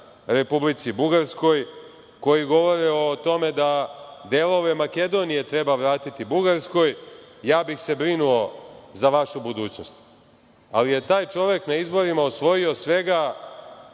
Republici Bugarskoj, koji govore o tome da delove Makedonije treba vratiti Bugarskoj, ja bih se brinuo za vašu budućnost. Ali je taj čovek na izborima osvojio svega